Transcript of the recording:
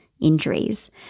injuries